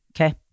Okay